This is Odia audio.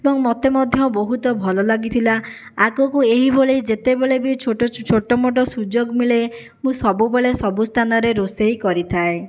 ଏବଂ ମୋତେ ମଧ୍ୟ ବହୁତ ଭଲ ଲାଗିଥିଲା ଆଗକୁ ଏହିଭଳି ଯେତେବେଳେବି ଛୋଟ ଛୋଟମୋଟ ସୁଯୋଗ ମିଳେ ମୁଁ ସବୁବେଳେ ସବୁ ସ୍ଥାନରେ ରୋଷେଇ କରିଥାଏ